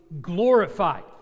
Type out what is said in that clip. glorified